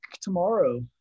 tomorrow